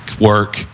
work